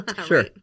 Sure